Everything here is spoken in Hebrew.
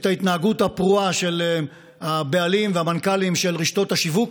את ההתנהגות הפרועה של הבעלים והמנכ"לים של רשתות השיווק,